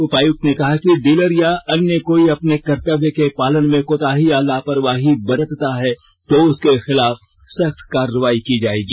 उपायुक्त ने कहा कि डीलर या अन्य कोई अपने कर्तव्य के पालन में कोताही या लापरवाही बरतता है तो उसके खिलाफ सख्त कार्रवाई की जाएगी